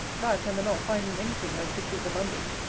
that, and the not finding any thing that could give them umbrage,